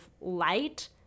light